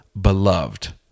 beloved